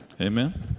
Amen